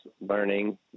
learning